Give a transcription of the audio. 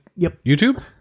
YouTube